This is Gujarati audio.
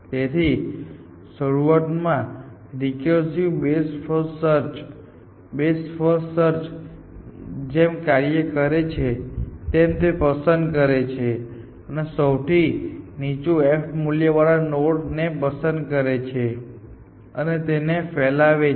તેથી શરૂઆતમાં recursive best first search best first સર્ચની જેમ કાર્ય કરે છે જે તે પસંદ કરે છે અને સૌથી નીચું f મૂલ્ય વાળા નોડ ને પસંદ કરે છે અને તેને ફેલાવે છે